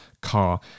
car